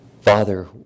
Father